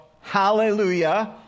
Hallelujah